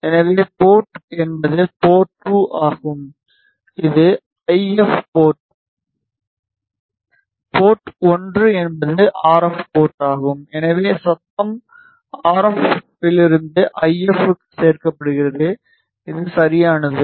எனவே போர்ட் என்பது போர்ட் 2 ஆகும் இது ஐ எப் போர்ட் போர்ட் 1 என்பது ஆர்எஃப் போர்ட் ஆகும் எனவே சத்தம் ஆர்எஃப் இலிருந்து ஐ எப் க்கு சேர்க்கப்படுகிறது இது சரியானது